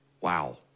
wow